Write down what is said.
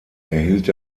erhielt